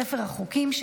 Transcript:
הצעת חוק קיום